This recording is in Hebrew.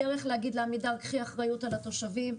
הדרך להגיד לעמידר "קחי אחריות על התושבים",